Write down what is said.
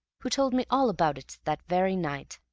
who told me all about it that very night.